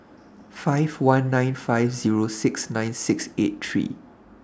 five one nine five Zero six nine six eight three